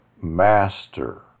master